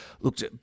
looked